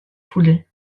foulée